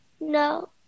No